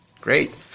Great